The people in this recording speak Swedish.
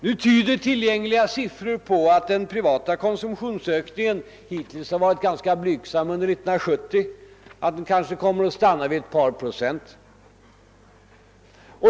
Nu tyder tillgängliga siffror på att den privata konsumtionsökningen hittills varit ganska blygsam under 1970 och troligen kommer att stanna vid ett par procent.